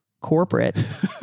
corporate